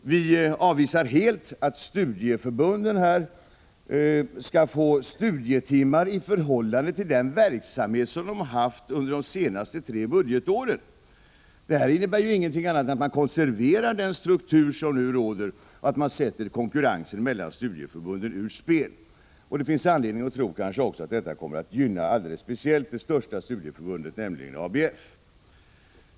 Vi avvisar helt förslaget att studieförbunden skall få studietimmar i förhållande till den verksamhet som de har haft under de senaste tre budgetåren. Det här innebär inte något annat än att man konserverar den struktur som nu råder och att man sätter konkurrensen mellan studieförbunden ur spel. Det finns anledning att även tro att detta alldeles speciellt kommer att gynna det största studieförbundet, nämligen ABF.